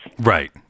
Right